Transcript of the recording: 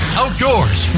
outdoors